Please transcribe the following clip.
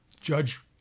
Judge